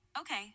Okay